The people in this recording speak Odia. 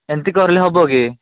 ଏମିତି କରିଲେ ହବ କି